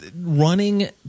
running